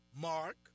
mark